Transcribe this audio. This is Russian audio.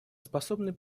способны